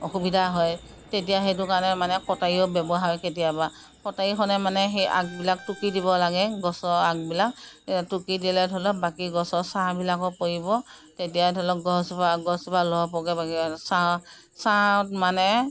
সুবিধা হয় তেতিয়া সেইটো কাৰণে মানে কটাৰীও ব্যৱহাৰ হয় কেতিয়াবা কটাৰীখনে মানে সেই আগবিলাক টুকি দিব লাগে গছৰ আগবিলাক টুকি দিলে ধৰিলক বাকী গছৰ ছাঁবিলাকো পৰিব তেতিয়া ধৰিলক গছজোপা গছজোপা লহপহকৈ বাঢ়িব ছাঁ ছাঁত মানে